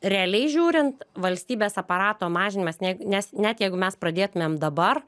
realiai žiūrint valstybės aparato mažinimas ne nes net jeigu mes pradėtumėm dabar